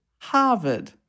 Harvard